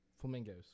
Flamingos